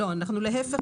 להפך.